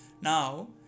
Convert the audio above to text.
Now